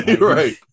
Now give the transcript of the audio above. Right